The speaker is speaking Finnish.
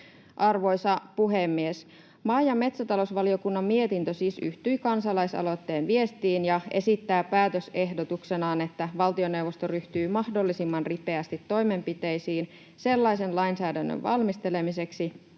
Arvoisa puhemies! Maa- ja metsätalousvaliokunnan mietintö siis yhtyy kansalaisaloitteen viestiin ja esittää päätösehdotuksenaan, että valtioneuvosto ryhtyy mahdollisimman ripeästi toimenpiteisiin sellaisen lainsäädännön valmistelemiseksi,